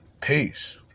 Peace